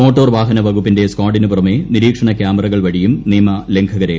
motor വാഹന വകുപ്പിന്റെ സ്കാഡിനു പുറമെ നിരീക്ഷണ ക്യാമറകൾ വഴിയും നിയമലംഘകരെ കണ്ടെത്തും